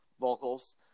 vocals